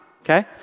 okay